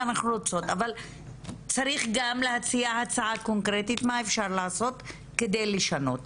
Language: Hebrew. אבל צריך גם להציע הצעה קונקרטית מה אפשר לעשות כדי לשנות,